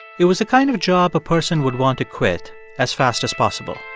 it was a kind of job a person would want to quit as fast as possible.